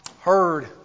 heard